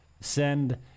Send